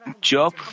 Job